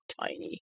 tiny